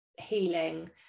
healing